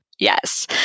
Yes